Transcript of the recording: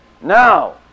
Now